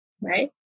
Right